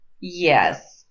Yes